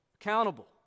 accountable